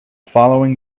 following